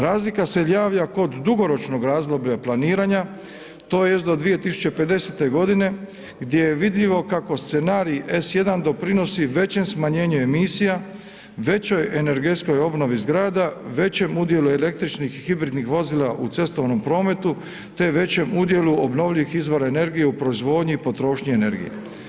Razlika se javlja kod dugoročnog razdoblja planiranja tj. do 2050. godine gdje je vidljivo kako scenarij S jedan doprinosi većem smanjenju emisija, većoj energetskoj obnovi zgrada, većem udjelu električnih hibridnih vozila u cestovnom prometu, te većem udjelu obnovljivih izvora energije u proizvodnji i potrošnji energije.